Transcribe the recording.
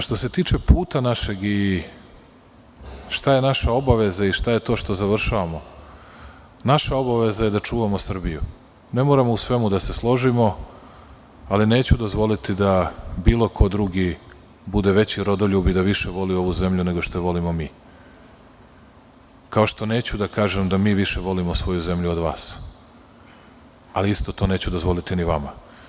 Što se tiče našeg puta i šta je naša obaveza i šta je to što završavamo, naša obaveza je da čuvamo Srbiju, ne moramo u svemu da se složimo, ali neću dozvoliti da bilo ko drugi bude veći rodoljub i da više voli ovu zemlju, nego što je volimo mi, kao što neću da kažem da mi više volimo svoju zemlju od vas, ali isto to neću dozvoliti ni vama.